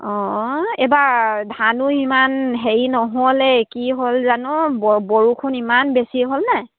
অঁ এইবাৰ ধানো সিমান হেৰি নহ'লে কি হ'ল জানো বৰ বৰষুণ ইমান বেছি হ'লনে